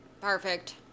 Perfect